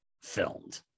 filmed